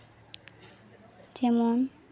ᱡᱮᱢᱚᱱ